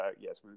yes